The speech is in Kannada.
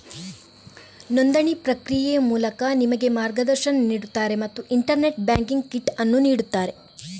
ನೋಂದಣಿ ಪ್ರಕ್ರಿಯೆಯ ಮೂಲಕ ನಿಮಗೆ ಮಾರ್ಗದರ್ಶನ ನೀಡುತ್ತಾರೆ ಮತ್ತು ಇಂಟರ್ನೆಟ್ ಬ್ಯಾಂಕಿಂಗ್ ಕಿಟ್ ಅನ್ನು ನೀಡುತ್ತಾರೆ